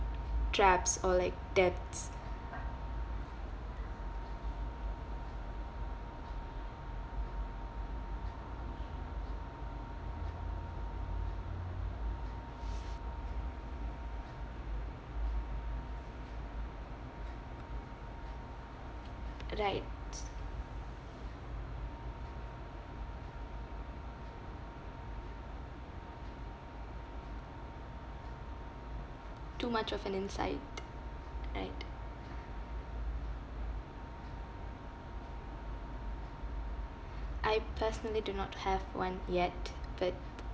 traps or like debts right too much of an insight right I personally do not have one yet but